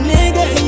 nigga